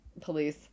police